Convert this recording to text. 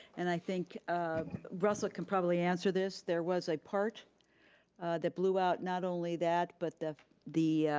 and i think russel can probably answer this. there was a part that blew out not only that but the the